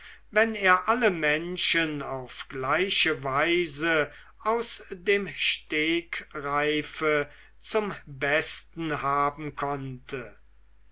wenn er alle menschen auf gleiche weise aus dem stegreife zum besten haben konnte